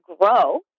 grow